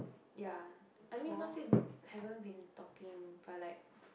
ya I mean not say haven't been talking but like